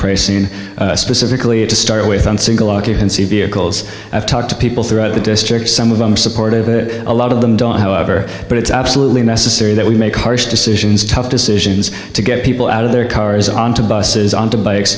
pricing and specifically to start with a single occupancy vehicles i've talked to people throughout the district some of them supported it a lot of them don't however but it's absolutely necessary that we make hard decisions tough decisions to get people out of their cars onto buses or to